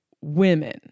women